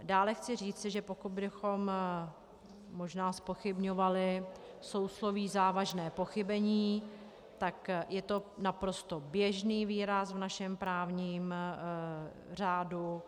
Dále chci říci, že pokud bychom možná zpochybňovali sousloví závažné pochybení, tak je to naprosto běžný výraz v našem právním řádu.